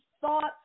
thoughts